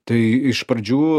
tai iš pradžių